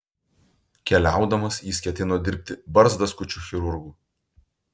keliaudamas jis ketino dirbti barzdaskučiu chirurgu